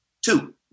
Two